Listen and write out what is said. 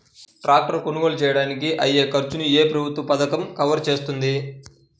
Tractor కొనుగోలు చేయడానికి అయ్యే ఖర్చును ఏ ప్రభుత్వ పథకం కవర్ చేస్తుంది?